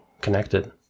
connected